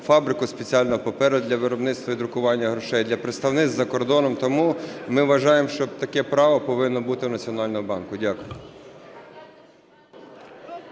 фабрику спеціального паперу для виробництва і друкування грошей, для представництв за кордоном. Тому ми вважаємо, що таке право повинно бути в Національного банку. Дякую.